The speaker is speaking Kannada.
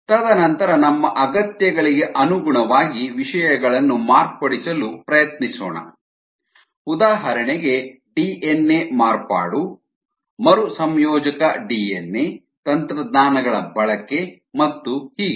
ತದನಂತರ ನಮ್ಮ ಅಗತ್ಯಗಳಿಗೆ ಅನುಗುಣವಾಗಿ ವಿಷಯಗಳನ್ನು ಮಾರ್ಪಡಿಸಲು ಪ್ರಯತ್ನಿಸೋಣ ಉದಾಹರಣೆಗೆ ಡಿಎನ್ಎ ಮಾರ್ಪಾಡು ಮರುಸಂಯೋಜಕ ಡಿಎನ್ಎ ತಂತ್ರಜ್ಞಾನಗಳ ಬಳಕೆ ಮತ್ತು ಹೀಗೆ